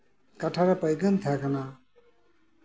ᱠᱟᱴᱟᱨᱮ ᱯᱟᱭᱜᱟᱹᱱ ᱛᱟᱸᱦᱮ ᱠᱟᱱᱟ